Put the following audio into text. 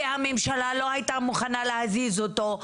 והממשלה לא הייתה מוכנה להזיז אותו.